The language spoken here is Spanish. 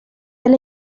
del